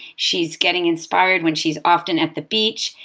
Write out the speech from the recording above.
she's getting inspired when she's often at the beach,